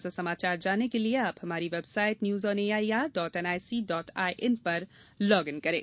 ताजा समाचार जानने के लिए आप हमारी website news on A I R dot N I C dot I N पर लॉग इन करें